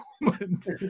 moment